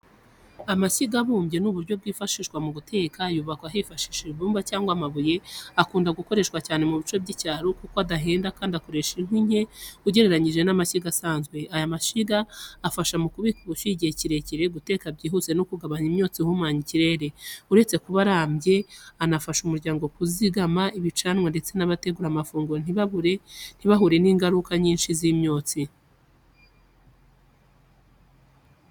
Amashyiga abumbye ni uburyo bwifashishwa mu guteka, yubakwa hifashishijwe ibumba cyangwa amabuye. Akunda gukoreshwa cyane mu bice by’icyaro kuko adahenda kandi akoresha inkwi nke ugereranyije n’amashyiga asanzwe. Aya mashyiga afasha mu kubika ubushyuhe igihe kirekire, guteka byihuse no kugabanya imyotsi ihumanya ikirere. Uretse kuba arambye, anafasha umuryango kuzigama ibicanwa ndetse n’abategura amafunguro ntibahure n’ingaruka nyinshi z’imyotsi.